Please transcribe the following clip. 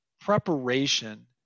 preparation